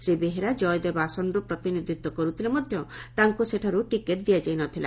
ଶ୍ରୀ ବେହେରା ଜୟଦେବ ଆସନରୁ ପ୍ରତିନିଧିତ୍ୱ କରୁଥିଲେ ମଧ୍ଧ ତାଙ୍ଙ୍ ସେଠାରୁ ଟିକେଟ୍ ଦିଆଯାଇ ନଥିଲା